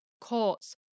courts